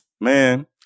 Man